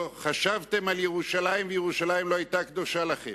לא חשבתם על ירושלים וירושלים לא היתה קדושה לכם.